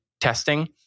testing